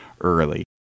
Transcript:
early